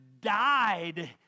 died